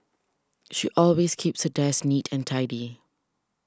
she always keeps her desk neat and tidy